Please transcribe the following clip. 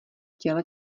těle